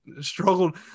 struggled